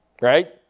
Right